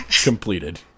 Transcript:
completed